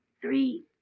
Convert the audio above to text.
three